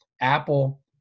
Apple